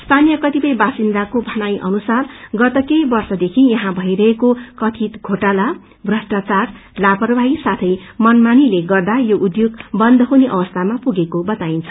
स्थानीय कतिप्य वासिन्दाको भनाई अनुसार गत केही वर्षदेखि यहाँ भइरहेको कथित घोटाला प्रष्टाचार लापरवाही साथै मनमानीले गद्म यो उध्येग बन्द हुने अवस्थामा पुगेको बताइन्छ